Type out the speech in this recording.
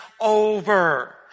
over